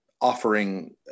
offering